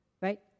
right